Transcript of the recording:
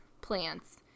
plants